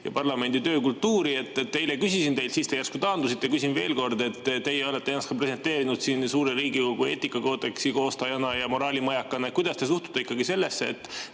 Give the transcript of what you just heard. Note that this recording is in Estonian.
ja parlamendi töökultuuri. Eile küsisin teilt, siis te järsku taandusite, küsin veel kord. Teie olete ennast presenteerinud siin Riigikogu eetikakoodeksi koostajana ja moraalimajakana. Kuidas te suhtute sellesse, et